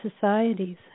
societies